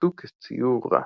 נתפשו כציור רע.